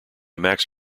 max